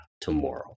tomorrow